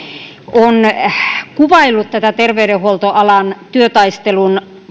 on kuvaillut näitä terveydenhuoltoalan työtaistelun